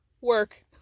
Work